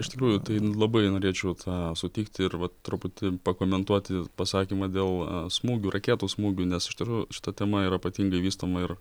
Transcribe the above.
iš tikrųjų tai labai norėčiau tą sutikti ir vat truputį pakomentuoti pasakymą dėl smūgių raketų smūgių nes iš tikrųjų šita tema yra ypatingai vystoma ir